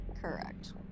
correct